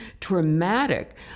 traumatic